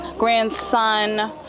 Grandson